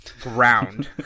ground